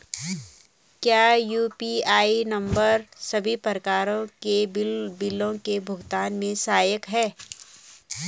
क्या UPI number सभी प्रकार के बिलों के भुगतान में सहायक हैं?